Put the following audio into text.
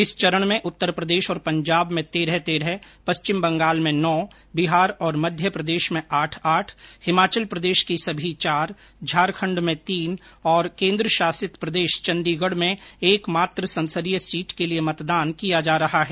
इस चरण में उत्तर प्रदेश और पंजाब में तेरह तेरह पश्चिम बंगाल में नौ बिहार और मध्य प्रदेश में आठ आठ हिमाचल प्रदेश की सभी चार झारखण्ड में तीन और केन्द्र शासित चंडीगढ़ में एकमात्र संसदीय सीट के लिए मतदान किया जा रहा है